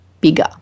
bigger